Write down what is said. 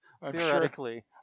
Theoretically